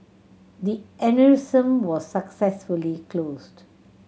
the aneurysm was successfully closed